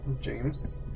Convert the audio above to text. James